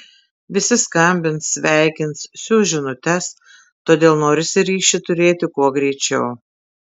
visi skambins sveikins siųs žinutes todėl norisi ryšį turėti kuo greičiau